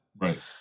Right